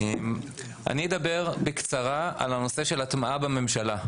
אני אדבר בקצרה על הנושא של הטמעה בממשלה.